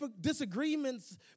disagreements